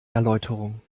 erläuterung